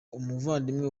umuvandimwe